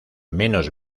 menos